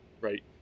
right